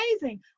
amazing